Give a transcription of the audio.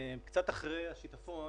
קצת אחרי השיטפון